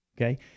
okay